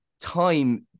time